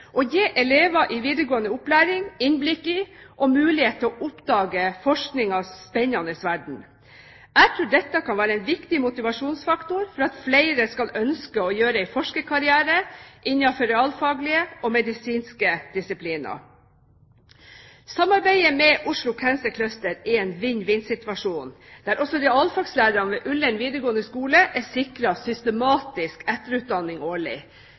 gi elever i videregående opplæring innblikk i og mulighet til å oppdage forskningens spennende verden. Jeg tror dette kan være en viktig motivasjonsfaktor for at flere skal ønske å gjøre en forskerkarriere innenfor realfaglige og medisinske disipliner. Samarbeidet med Oslo Cancer Cluster er en vinn-vinn-situasjon der også realfagslærerne ved Ullern videregående skole er sikret systematisk etterutdanning årlig.